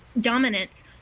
dominance